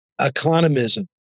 economism